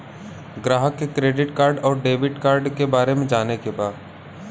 ग्राहक के credit card और डेविड कार्ड के बारे में जाने के बा?